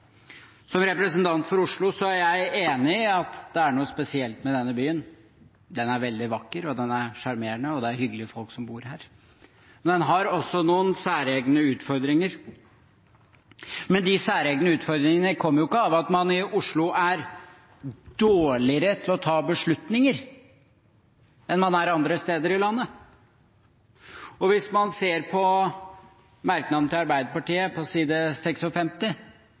Som representant for Oslo er jeg enig i at det er noe spesielt med denne byen – den er veldig vakker, den er sjarmerende, og det er hyggelige folk som bor her. Men den har også noen særegne utfordringer, men de særegne utfordringene kommer jo ikke av at man i Oslo er dårligere til å ta beslutninger enn man er andre steder i landet. Og hvis man ser på merknaden til Arbeiderpartiet på side